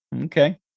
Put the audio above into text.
Okay